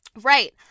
Right